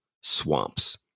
swamps